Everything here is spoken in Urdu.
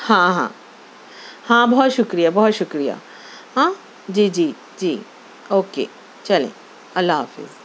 ہاں ہاں ہاں بہت شکریہ بہت شکریہ ہاں جی جی جی اوکے چلیں اللہ حافظ